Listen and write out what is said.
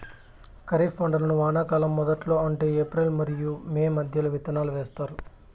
ఖరీఫ్ పంటలను వానాకాలం మొదట్లో అంటే ఏప్రిల్ మరియు మే మధ్యలో విత్తనాలు వేస్తారు